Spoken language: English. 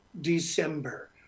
December